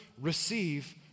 receive